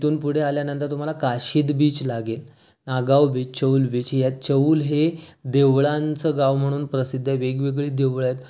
तिथून पुढे आल्यांनतर तुम्हाला काशीद बीच लागेल नागाव बीच चौल बीच हे यात चौल हे देवळांचं गाव म्हणून प्रसिद्द आहे वेगवेगळी देवळं आहेत